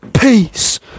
Peace